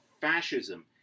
fascism